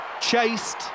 chased